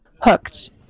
hooked